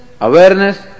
awareness